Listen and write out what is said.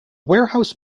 warehouse